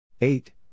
eight